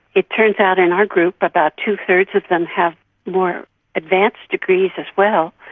it turns out in our group about two-thirds of them have more advanced degrees as well.